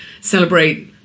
celebrate